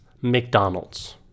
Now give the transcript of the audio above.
McDonald's